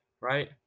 right